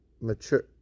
mature